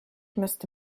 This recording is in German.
müsste